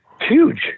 huge